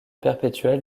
perpétuel